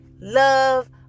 love